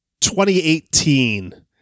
2018